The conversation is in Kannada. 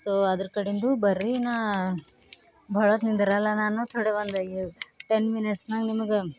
ಸೊ ಅದ್ರ ಕಡಿಂದು ಬರ್ರಿ ನಾನು ಬಹಳೊತ್ತು ನಿಂದಿರಲ್ಲ ನಾನು ಥೋಡೆ ಒಂದು ಟೆನ್ ಮಿನಿಟ್ಸ್ನಾಗ ನಿಮಗೆ